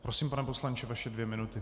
Prosím, pane poslanče, vaše dvě minuty.